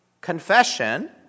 confession